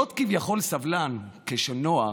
להיות כביכול סבלן כשנוח,